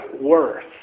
worth